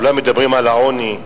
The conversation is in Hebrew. כולם מדברים על העוני,